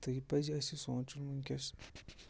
تہٕ یہِ پَزِ اَسہِ یہِ سونٛچُن وٕنۍکٮ۪س